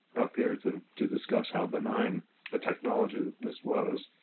up here to to discuss how benign the technology that this was.